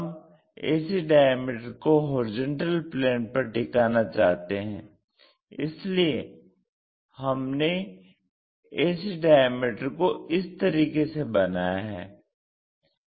हम ac diameter को horizontal plane पर टिकाना चाहते हैं इसीलिए हमने ac डायमीटर को इस तरीके से बनाया है